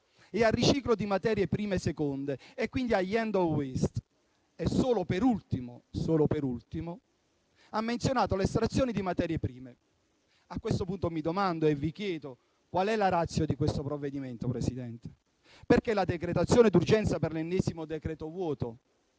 e al riciclo di materie prime seconde, all'*end of waste*, e solo per ultimo ha menzionato l'estrazione di materie prime. A questo punto mi domando e vi chiedo: qual è la *ratio* di questo provvedimento, Presidente? Perché la decretazione d'urgenza per l'ennesimo decreto-legge